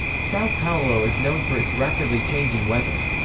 sao paulo is known for its rapidly changing weather.